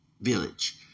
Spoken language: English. village